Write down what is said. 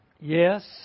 Yes